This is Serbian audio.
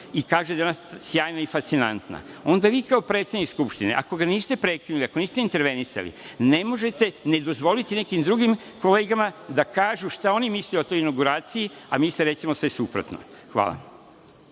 i kaže da je ona sjajna i fascinantna, onda vi kao predsednik Skupštine ako ga niste prekinuli i ako niste intervenisali ne možete ne dozvoliti nekim drugim kolegama da kažu šta oni misle o toj inauguraciji, a misle recimo sve suprotno. Hvala.